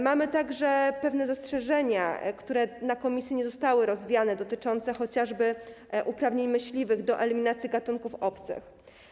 Mamy także pewne zastrzeżenia, które na posiedzeniu komisji nie zostały rozwiane, dotyczące chociażby uprawnień myśliwych do eliminacji gatunków obcych.